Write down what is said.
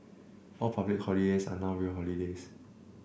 all public holidays are now real holidays